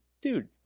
Dude